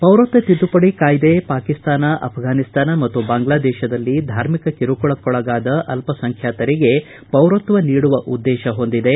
ಪೌರತ್ವ ತಿದ್ದುಪಡಿ ಕಾಯ್ದೆ ಪಾಕಿಸ್ತಾನ ಅಫಘಾನಿಸ್ತಾನ ಮತ್ತು ಬಾಂಗ್ಲಾದೇಶದಲ್ಲಿ ಧಾರ್ಮಿಕ ಕಿರುಕುಳಕ್ಕೊಳಗಾದ ಅಲ್ಲಸಂಖ್ಕಾತರಿಗೆ ಪೌರತ್ವ ನೀಡುವ ಉದ್ದೇಶ ಹೊಂದಿದೆ